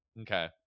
Okay